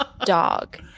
dog